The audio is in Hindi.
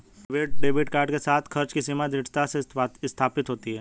प्रीपेड डेबिट कार्ड के साथ, खर्च की सीमा दृढ़ता से स्थापित होती है